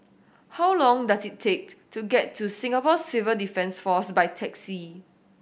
how long does it take to get to Singapore Civil Defence Force by taxi